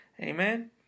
Amen